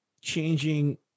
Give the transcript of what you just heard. changing